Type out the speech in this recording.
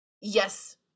yes